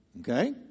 Okay